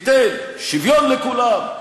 תיתן שוויון לכולם,